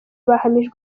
bahamijwe